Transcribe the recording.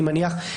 אני מניח,